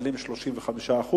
שמקבלים 35%,